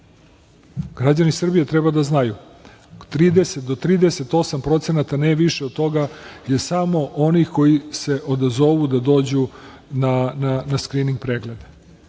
Građani Srbije treba da znaju. Trideset do 38%, ne više od toga je samo onih koji se odazovu da dođu na skrining preglede.